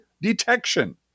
detection